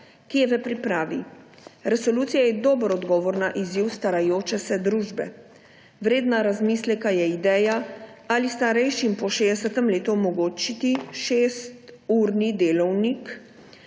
ki je v pripravi. Resolucija je dobre odgovor na izziv starajoče se družbe. Vredna razmisleka je ideja, ali starejšim po 60. letu omogočiti šesturni delovnik,